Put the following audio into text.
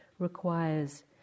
requires